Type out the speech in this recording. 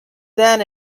then